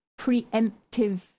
preemptive